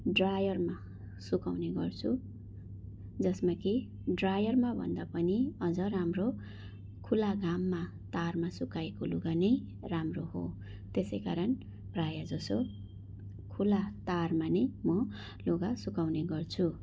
ड्रायरमा सुकाउने गर्छु जसमा कि ड्रायरमा भन्दा पनि अझ राम्रो खुला घाममा तारमा सुकाएको लुगा नै राम्रो हो त्यसै कारण प्रायः जसो खुला तारमा नै म लुगा सुकाउने गर्छु